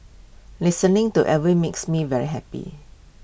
listening to Elvis makes me very happy